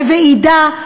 בוועידה,